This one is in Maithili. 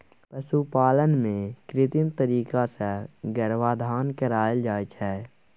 पशुपालन मे कृत्रिम तरीका सँ गर्भाधान कराएल जाइ छै